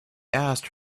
asked